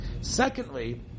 secondly